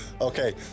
Okay